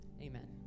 Amen